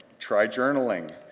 try journaling.